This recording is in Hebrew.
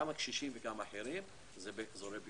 גם הקשישים וגם אחרים, זה באזורי ביקוש.